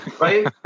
Right